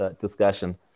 discussion